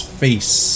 face